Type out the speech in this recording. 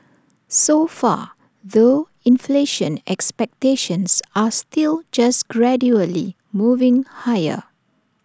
so far though inflation expectations are still just gradually moving higher